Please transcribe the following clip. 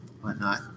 whatnot